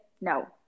no